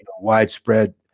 widespread